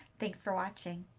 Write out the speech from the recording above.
thanks for watching.